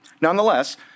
Nonetheless